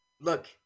Look